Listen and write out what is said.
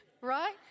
right